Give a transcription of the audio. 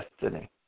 destiny